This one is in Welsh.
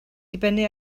dibynnu